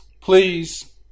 Please